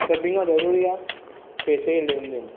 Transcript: सभिनी खां ज़रूरी आहे पैसे जी लेनदेन